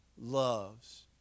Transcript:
loves